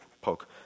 poke